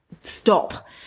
stop